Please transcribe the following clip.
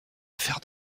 affaire